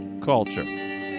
Culture